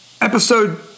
Episode